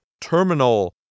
Terminal